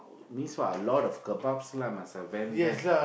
means what a lot of kebab lah must advent there